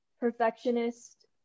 perfectionist